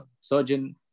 surgeon